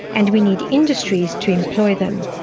and we need industries to employ them.